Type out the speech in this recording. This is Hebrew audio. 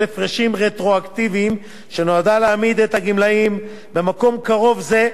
שנועדה להעמיד את הגמלאים במקום קרוב לזה שבו היו עומדים אם